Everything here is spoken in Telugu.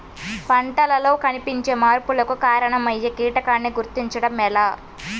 పంటలలో కనిపించే మార్పులకు కారణమయ్యే కీటకాన్ని గుర్తుంచటం ఎలా?